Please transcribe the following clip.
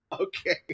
Okay